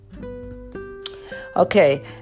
Okay